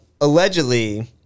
allegedly